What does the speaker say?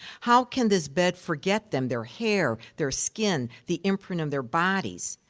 how can this bed forget them their hair, their skin, the imprint of their bodies?